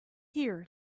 here